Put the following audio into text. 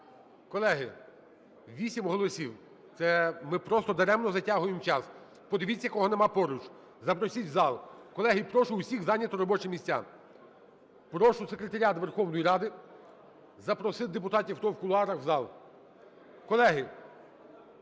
Колеги, 8 голосів, це ми просто даремно затягуємо час. Подивіться, кого немає поруч, запросіть в зал. Колеги, прошу усіх зайняти робочі місця. Прошу секретаріат Верховної Ради запросити депутатів, хто в кулуарах, в зал. Колеги,